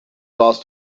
warst